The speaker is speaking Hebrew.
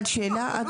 אבל, שאלה.